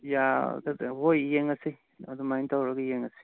ꯌꯥꯒꯗ꯭ꯔꯥ ꯍꯣꯏ ꯌꯦꯡꯉꯁꯤ ꯑꯗꯨꯃꯥꯏꯅ ꯇꯧꯔꯒ ꯌꯦꯡꯉꯁꯤ